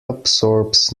absorbs